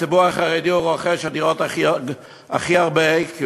הציבור החרדי רוכש הכי הרבה דירות,